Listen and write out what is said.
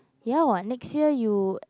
ya what next year you